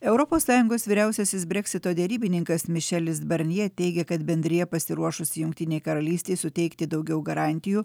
europos sąjungos vyriausiasis breksito derybininkas mišelis barnje teigia kad bendrija pasiruošusi jungtinei karalystei suteikti daugiau garantijų